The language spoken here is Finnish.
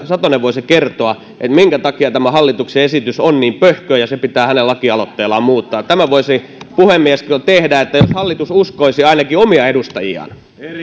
satonen voisi kertoa minkä takia tämä hallituksen esitys on niin pöhkö ja se pitää hänen lakialoitteellaan muuttaa tämän voisi puhemies kyllä tehdä jospa hallitus uskoisi ainakin omia edustajiaan